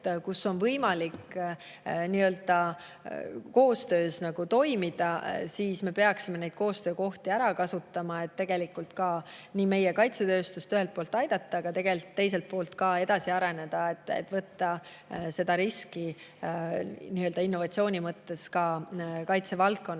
kus on võimalik koostöös toimida, seal me peaksime neid koostöökohti ära kasutama, et meie kaitsetööstust ühelt poolt aidata, aga teiselt poolt ka edasi areneda, et võtta seda riski innovatsiooni mõttes ka kaitsevaldkonnas.